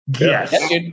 Yes